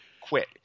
quit